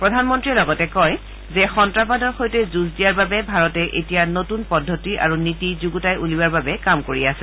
প্ৰধানমন্ত্ৰীয়ে লগতে কয় যে সন্তাসবাদৰ সৈতে যূঁজ দিয়াৰ বাবে ভাৰতে এতিয়া নতৃন পদ্ধতি আৰু নীতি যুগুতাই উলিওৱাৰ বাবে কাম কৰি আছে